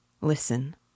Listen